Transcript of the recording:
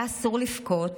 היה אסור לבכות.